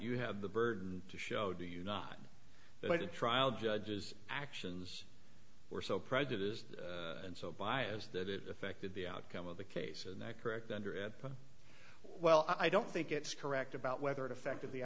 you have the burden to show do you not that the trial judge's actions were so prejudiced and so biased that it affected the outcome of the case and that correct under at well i don't think it's correct about whether it affected the